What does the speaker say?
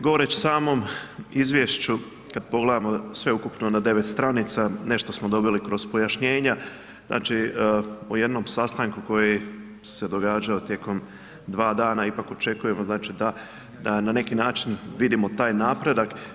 Govoreći o samom izvješću, kad pogledamo sve ukupno na 9 stranica, nešto smo dobili kroz pojašnjenja, znači u jednom sastanku koji se događao tijekom 2 dana ipak očekujemo znači da, da na neki način vidimo taj napredak.